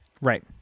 right